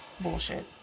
Bullshit